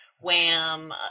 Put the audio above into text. WHAM